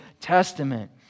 Testament